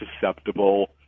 susceptible